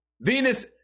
Venus